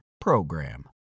PROGRAM